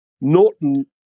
Norton